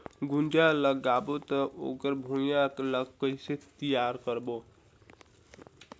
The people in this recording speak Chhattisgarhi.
गुनजा लगाबो ता ओकर भुईं ला कइसे तियार करबो?